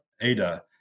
ADA